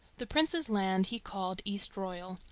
the prince's land he called eastroyal,